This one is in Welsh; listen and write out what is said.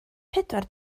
pedwar